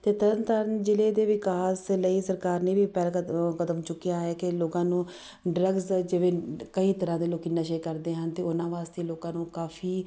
ਅਤੇ ਤਰਨ ਤਾਰਨ ਜ਼ਿਲ੍ਹੇ ਦੇ ਵਿਕਾਸ ਦੇ ਲਈ ਸਰਕਾਰ ਨੇ ਵੀ ਪਹਿਲ ਕ ਕਦਮ ਚੁੱਕਿਆ ਹੈ ਕਿ ਲੋਕਾਂ ਨੂੰ ਡਰੱਗਸ ਦਾ ਜਿਵੇਂ ਕਈ ਤਰ੍ਹਾਂ ਦੇ ਲੋਕ ਨਸ਼ੇ ਕਰਦੇ ਹਨ ਅਤੇ ਉਹਨਾਂ ਵਾਸਤੇ ਲੋਕਾਂ ਨੂੰ ਕਾਫ਼ੀ